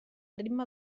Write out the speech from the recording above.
ritme